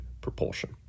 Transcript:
propulsion